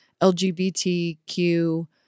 lgbtq